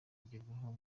kugerwaho